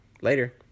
Later